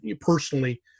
personally –